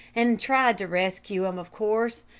and tried to rescue him, of course.